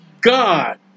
God